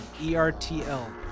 E-R-T-L